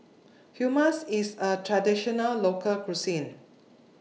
Hummus IS A Traditional Local Cuisine